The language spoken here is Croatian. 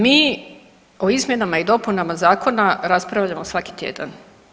Mi o izmjenama i dopunama zakona raspravljamo svaki tjedan.